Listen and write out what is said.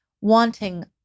wanting